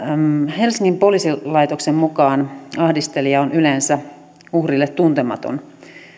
helsingin poliisilaitoksen mukaan ahdistelija on yleensä uhrille tuntematon